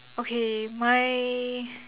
okay my